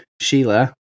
Sheila